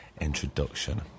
introduction